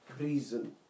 reason